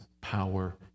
power